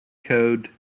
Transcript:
code